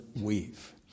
weave